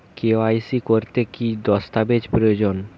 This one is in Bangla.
কে.ওয়াই.সি করতে কি দস্তাবেজ প্রয়োজন?